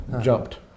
jumped